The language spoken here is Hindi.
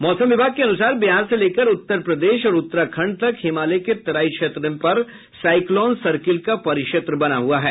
मौसम विभाग के अनुसार बिहार से लेकर उत्तर प्रदेश और उत्तराखंड तक हिमालय के तराई क्षेत्र पर साइक्लोन सर्किल का परिक्षेत्र बना हुआ है